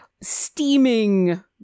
steaming